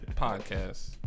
Podcast